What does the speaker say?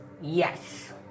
Yes